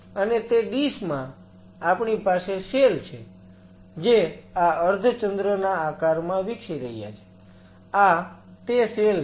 અને તે ડીશ માં આપણી પાસે સેલ છે જે આ અર્ધ ચંદ્રના આકારમાં વિકસી રહ્યા છે આ તે સેલ છે